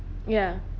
ya